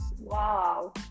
wow